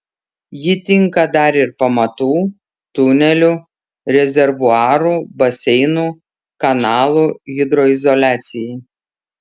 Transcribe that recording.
ji tinka dar ir pamatų tunelių rezervuarų baseinų kanalų hidroizoliacijai